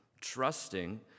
trusting